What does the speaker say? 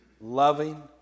loving